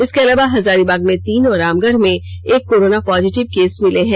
इसके अलावा हजारीबाग में तीन और रामगढ़ में एक कोरोना पॉजिटिय केस मिले हैं